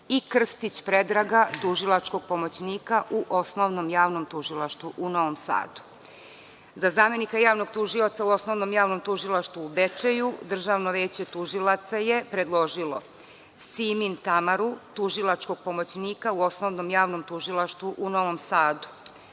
i Krstić Predraga, tužilačkog pomoćnika u Osnovnom javno tužilaštvu u Novom Sadu.Za zamenika javnog tužioca u Osnovnom javnom tužilaštvu u Bečeju Državno veće tužilaca je predložila Simi Tamaru, tužilačkog pomoćnika u Osnovnom javnom tužilaštvu u Novom Sadu.Za